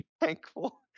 thankful